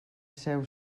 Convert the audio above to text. seu